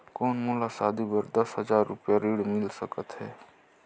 कौन मोला शादी बर दस हजार रुपिया ऋण मिल सकत है?